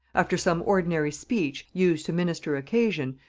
after some ordinary speech, used to minister occasion,